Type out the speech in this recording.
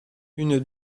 une